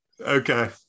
Okay